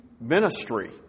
ministry